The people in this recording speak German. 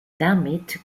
damit